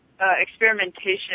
experimentation